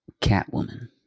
Catwoman